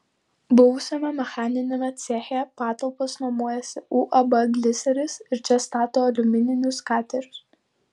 buvusiame mechaniniame ceche patalpas nuomojasi uab gliseris ir čia stato aliumininius katerius